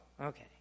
Okay